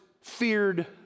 feared